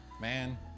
Man